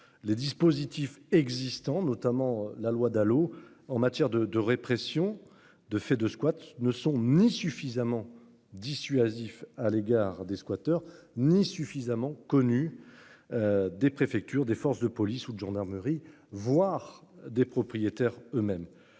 les dispositifs existants, notamment la loi Dalo en matière de de répression, de fait de squats ne sont ni suffisamment dissuasif à l'égard des squatters ni suffisamment connu. Des préfectures, des forces de police ou de gendarmerie. Voir des propriétaires eux-mêmes